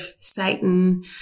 Satan